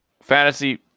fantasy